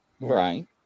Right